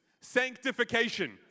sanctification